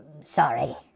sorry